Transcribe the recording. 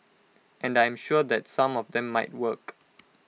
and I am sure that some of them might work